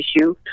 issue